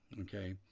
Okay